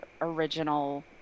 original